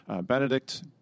Benedict